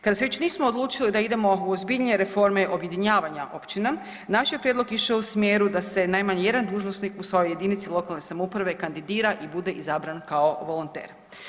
Kada se već nismo odlučili da idemo u ozbiljnije reforme objedinjavanja općina, naš je prijedlog išao u smjeru da se najmanje jedan dužnosnik u svojoj jedinici lokalne samouprave kandidira i bude izabran kao volonter.